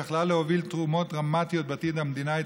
שיכלה להוביל תמורות דרמטיות בעתידה של המדינה,